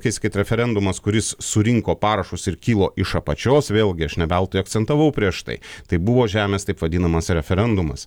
kai sakyt referendumas kuris surinko parašus ir kilo iš apačios vėlgi aš ne veltui akcentavau prieš tai tai buvo žemės taip vadinamas referendumas